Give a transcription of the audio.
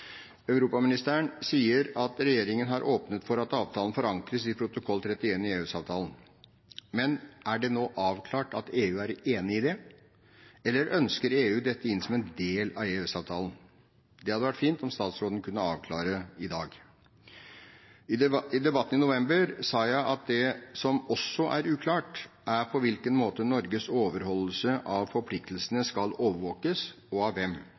Europaministeren sier at regjeringen har åpnet for at avtalen forankres i protokoll 31 i EØS-avtalen. Men er det nå avklart at EU er enig i det, eller ønsker EU dette inn som er del av EØS-avtalen? Det hadde vært fint om statsråden kunne avklare dette i dag. I debatten i november sa jeg at det som også er uklart, er på hvilken måte Norges overholdelse av forpliktelsene skal overvåkes, og av hvem,